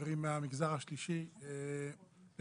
חברים מהמגזר השלישי, אני